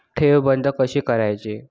ठेव बंद कशी करायची?